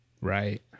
right